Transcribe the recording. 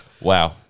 Wow